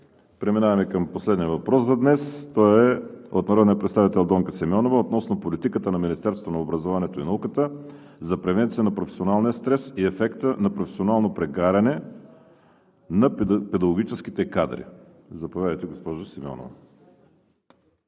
Преминаваме към последния въпрос за днес. Той е от народния представител Донка Симеонова относно политиката на Министерството на образованието и науката за превенция на професионалния стрес и ефекта на професионално прегаряне на педагогическите кадри. Заповядайте, госпожо Симеонова.